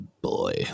boy